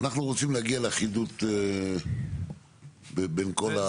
אנחנו רוצים להגיע לאחידות בין הכל.